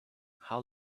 how